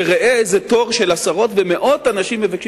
וראה איזה תור של עשרות ומאות אנשים מבקשים